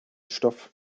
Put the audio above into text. stoff